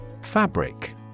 Fabric